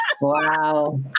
Wow